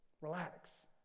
relax